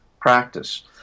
practice